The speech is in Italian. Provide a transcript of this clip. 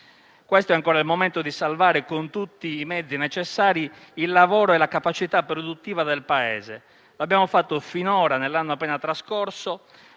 Questo è ancora il momento di salvare con tutti i mezzi necessari il lavoro e la capacità produttiva del Paese. L'abbiamo fatto finora, nell'anno appena trascorso.